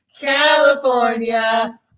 California